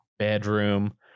bedroom